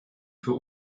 für